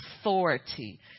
authority